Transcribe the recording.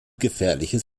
gefährliches